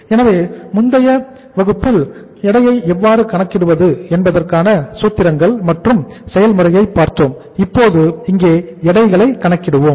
எனவே முந்தைய வகுப்பில் எடையை எவ்வாறு கணக்கிடுவது என்பதற்கான சூத்திரங்கள் மற்றும் செயல்முறையை பார்த்தோம் இப்போது இங்கே எடைகளை கணக்கிடுவோம்